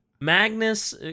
Magnus